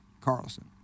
Carlson